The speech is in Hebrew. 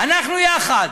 אנחנו יחד.